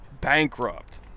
Bankrupt